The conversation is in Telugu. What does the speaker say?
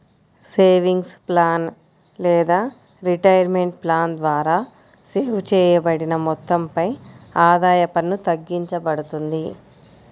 సేవింగ్స్ ప్లాన్ లేదా రిటైర్మెంట్ ప్లాన్ ద్వారా సేవ్ చేయబడిన మొత్తంపై ఆదాయ పన్ను తగ్గింపబడుతుంది